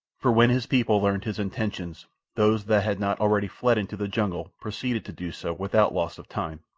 for when his people learned his intentions those that had not already fled into the jungle proceeded to do so without loss of time,